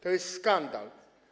To jest skandal.